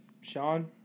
Sean